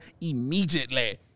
immediately